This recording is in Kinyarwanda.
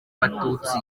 abatutsi